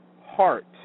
heart